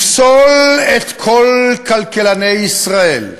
לפסול את כל כלכלני ישראל,